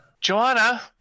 Joanna